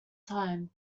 time